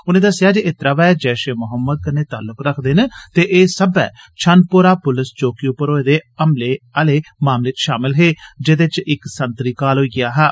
उन्ने दस्सेआ जे एह ट्रैवे जैशे मोहम्मद कन्नै ताल्लुक रक्खदे न ते एह सब्बै छन्नपोरा पुलस चौकी उप्पर होए दे हमले आहले मामले च शामिल हे जेहदे च इक संतरी घाऽल होई गेआ हा